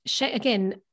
again